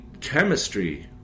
chemistry